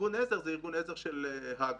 ארגון עזר זה ארגון עזר של הג"א.